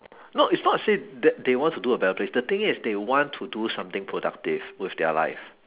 no it's not say that they want to do a better place the thing is they want do something productive with their life